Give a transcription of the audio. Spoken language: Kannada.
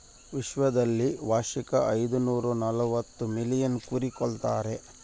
ವಿಶ್ವದಲ್ಲಿ ವಾರ್ಷಿಕ ಐದುನೂರನಲವತ್ತು ಮಿಲಿಯನ್ ಕುರಿ ಕೊಲ್ತಾರೆ